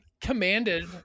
commanded